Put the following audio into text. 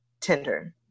Tinder